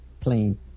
Plain